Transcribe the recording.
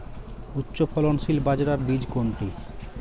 উচ্চফলনশীল বাজরার বীজ কোনটি?